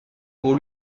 pour